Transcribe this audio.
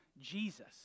Jesus